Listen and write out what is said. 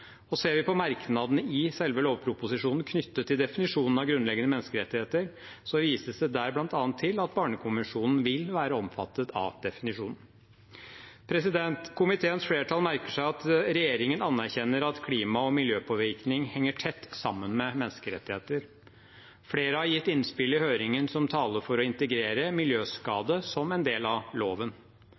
Ser vi på merknadene i selve lovproposisjonen knyttet til definisjonen av grunnleggende menneskerettigheter, vises det der bl.a. til at barnekonvensjonen vil være omfattet av definisjonen. Komiteens flertall merker seg at regjeringen anerkjenner at klima og miljøpåvirkning henger tett sammen med menneskerettigheter. Flere har gitt innspill i høringen som taler for å integrere miljøskade som en del av loven.